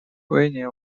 whitney